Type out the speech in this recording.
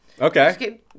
Okay